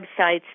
websites